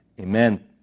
amen